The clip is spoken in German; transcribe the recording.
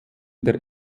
der